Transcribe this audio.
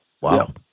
wow